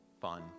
Fun